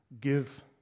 give